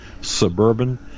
suburban